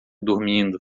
dormindo